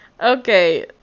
okay